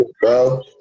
bro